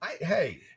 Hey